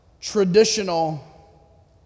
traditional